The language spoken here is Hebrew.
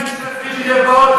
מה הבעיה של הפריג'ידר באוטו?